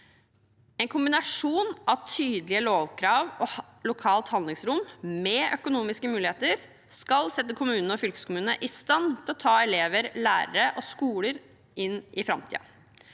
En kombinasjon av tydelige lovkrav og lokalt handlingsrom med økonomiske muligheter skal sette kommunene og fylkeskommunene i stand til å ta elever, lærere og skoler inn i framtiden.